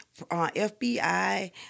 FBI